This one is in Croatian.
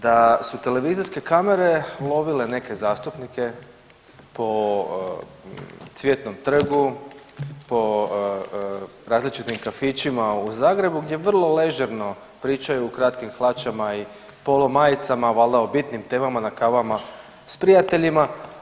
Da su televizijske kamere lovile neke zastupnike po Cvjetnom trgu, po različitim kafićima u Zagrebu gdje vrlo ležerno pričaju o kratkim hlačama i polo majicama, valjda o bitnim temama na kavama sa prijateljima.